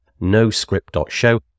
noscript.show